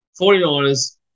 49ers